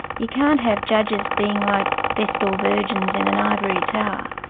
you can't have judges being like vestal virgins in an ivory tower,